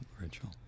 Rachel